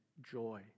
joy